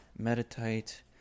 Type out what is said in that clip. Meditate